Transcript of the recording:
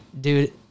dude